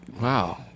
Wow